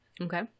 Okay